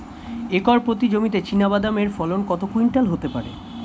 Acre প্রতি জমিতে চীনাবাদাম এর ফলন কত কুইন্টাল হতে পারে?